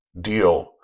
deal